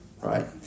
right